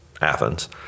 Athens